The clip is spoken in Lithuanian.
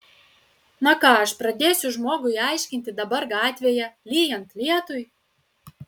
na ką aš pradėsiu žmogui aiškinti dabar gatvėje lyjant lietui